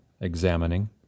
examining